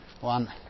one